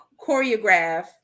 choreograph